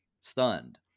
stunned